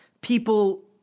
people